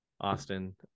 austin